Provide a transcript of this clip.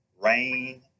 rain